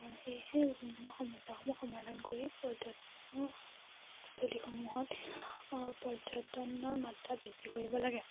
সেয়েহে বিভিন্ন ধৰণৰ সমস্যাসমূহ সমাধান কৰি পৰ্যটনস্থলীসমূহত অঁ পৰ্যটনৰ মাত্ৰা বৃদ্ধি কৰিব লাগে